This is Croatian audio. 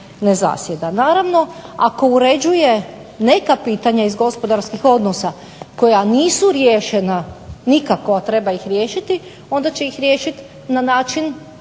Naravno ako uređuje neka pitanja iz gospodarskih odnosa koja nisu riješena nikako, a treba ih riješiti onda će ih riješiti na način